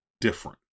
different